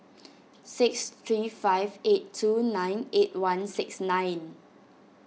six three five eight two nine eight one six nine